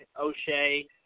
O'Shea